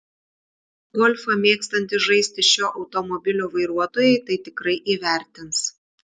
golfą mėgstantys žaisti šio automobilio vairuotojai tai tikrai įvertins